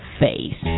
face